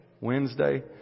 Wednesday